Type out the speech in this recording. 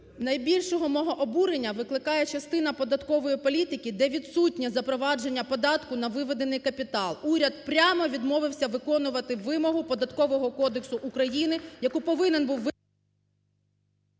Найбільшого мого обурення викликає частина податкової політики, де відсутнє запровадження податку на виведений капітал. Уряд прямо відмовився виконувати вимогу Податкового кодексу України, яку повинен був…